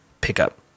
pickup